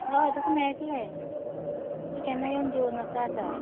हय तुका मेळटले तूं केन्नाय येवन घेवन वसो जाता